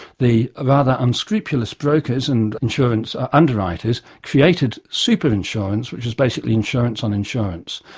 the ah rather unscrupulous brokers and insurance underwriters, created super insurance which was basically insurance on insurance.